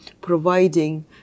providing